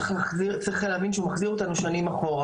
צריך להבין שהוא מחזיר אותנו שנים אחורה,